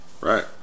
Right